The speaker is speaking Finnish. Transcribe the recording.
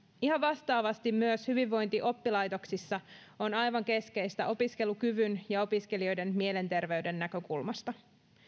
ihan vastaavasti myös hyvinvointi oppilaitoksissa on aivan keskeistä opiskelukyvyn ja opiskelijoiden mielenterveyden näkökulmasta